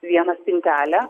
vieną spintelę